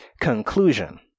conclusion